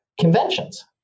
conventions